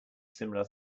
similar